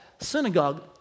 synagogue